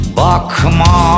bakma